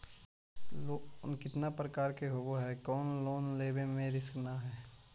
Loan कितना प्रकार के होबा है कोन लोन लेब में रिस्क न है?